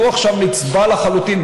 הוא עכשיו נצבע לחלוטין,